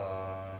err